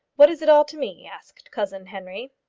what is it all to me? asked cousin henry.